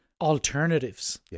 alternatives